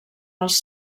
els